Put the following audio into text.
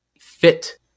fit